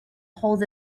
holds